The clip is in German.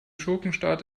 schurkenstaat